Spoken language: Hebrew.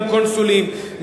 גם קונסולים,